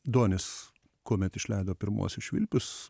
duonis kuomet išleido pirmuosius švilpius